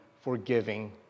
forgiving